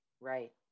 Right